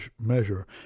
Measure